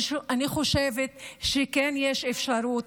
אני חושבת שכן יש אפשרות